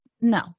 No